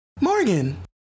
Morgan